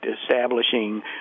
establishing